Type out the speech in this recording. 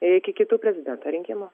ir iki kitų prezidento rinkimų